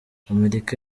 amerika